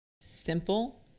simple